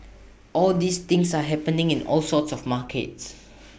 all these things are happening in all sorts of markets